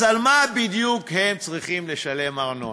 אז על מה הם בדיוק צריכים לשלם ארנונה?